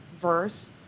verse